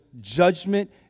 judgment